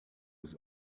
was